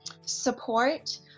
support